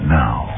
now